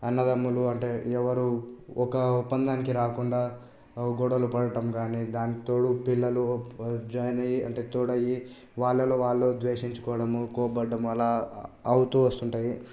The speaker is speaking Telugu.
అన్నదమ్ములు అంటే ఎవరు ఒక ఒప్పందానికి రాకుండా గొడవలు పడటం గానీ దానికి తోడు పిల్లలు జాయిన్ అయి అంటే తోడయ్యి వాళ్ళలో వాళ్ళు ద్వేషించుకోవడం కోప్పడము అలా అవుతూ వస్తుంటాయి